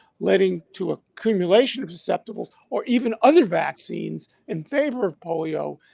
leading to accumulation of susceptible or even other vaccines in favor of polio.